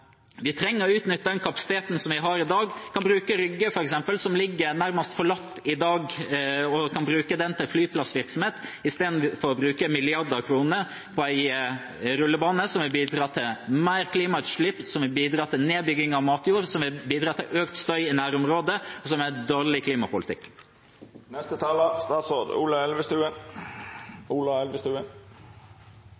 Vi trenger å utnytte den kapasiteten vi har i dag. Vi kan bruke Rygge, f.eks., som nærmest ligger forlatt i dag. Vi kan bruke den til flyplassvirksomhet istedenfor å bruke milliarder av kroner på en rullebane som vil bidra til mer klimagassutslipp, som vil bidra til nedbygging av matjord, som vil bidra til økt støy i nærområdet – som er dårlig klimapolitikk. Til siste taler: